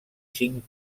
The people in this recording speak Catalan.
cinc